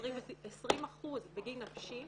20% בגין נפשי